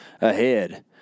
ahead